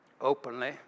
openly